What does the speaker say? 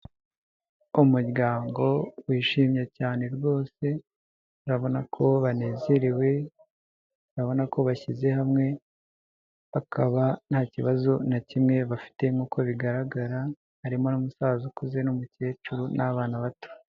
Umuryango wishimye cyane rwose, urabona ko banezerewe, urabona ko bashyize hamwe bakaba nta kibazo na kimwe bafite nk'uko bigaragara, harimo n'umusaza ukuze n'umukecuru n'abana bato.